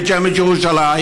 בית שמש ירושלים,